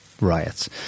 riots